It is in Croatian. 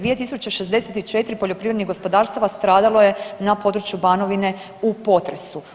2 064 poljoprivrednih gospodarstava stradalo je na području Banovine u potresu.